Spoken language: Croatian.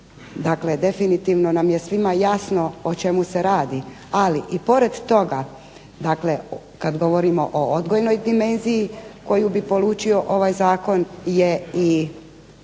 Dakle, definitivno nam je svima jasno o čemu se radi, ali i pored toga dakle kad govorimo o odgojnoj dimenziji koju bi polučio ovaj zakon je i